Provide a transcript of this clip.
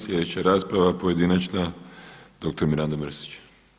Sljedeća rasprava pojedinačna doktor Mirando Mrsić.